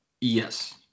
Yes